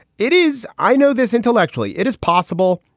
it is. i know this intellectually. it is possible.